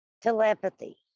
telepathy